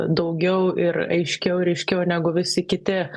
daugiau ir aiškiau ryškiau negu visi kiti